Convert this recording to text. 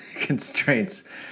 constraints